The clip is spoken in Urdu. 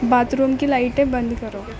باتھ روم کی لائٹیں بند کرو